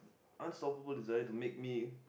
unsolvable desire to make me